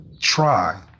try